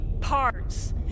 parts